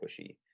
pushy